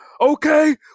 okay